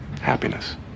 Happiness